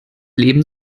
leben